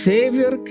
Savior